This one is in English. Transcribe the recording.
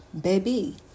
baby